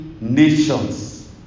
nations